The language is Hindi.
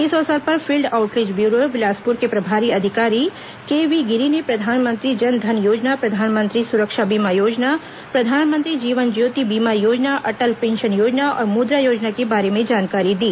इस अवसर पर फील्ड आउटरीच ब्यूरो बिलासपुर के प्रभारी अधिकारी केव्ही गिरी ने प्रधानमंत्री जन धन योजना प्रधानमंत्री सुरक्षा बीमा योजना प्रधानमंत्री जीवन ज्योति बीमा योजना अटल पेंशन योजना और मुद्रा योजना के बारे में जानकारी दी